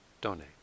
donate